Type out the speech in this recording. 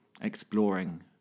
exploring